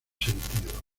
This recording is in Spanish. sentido